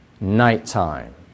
nighttime